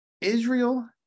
Israel